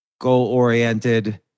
goal-oriented